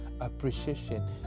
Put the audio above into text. appreciation